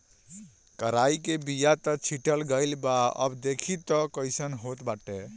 केराई के बिया त छीटा गइल बा अब देखि तअ कइसन होत बाटे